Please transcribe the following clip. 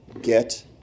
Get